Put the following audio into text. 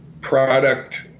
product